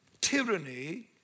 tyranny